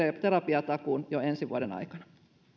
terapiatakuun jo ensi vuoden aikana